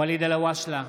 ואליד אלהואשלה,